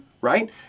right